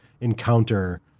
encounter